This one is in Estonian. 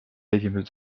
esimesed